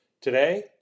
Today